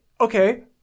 okay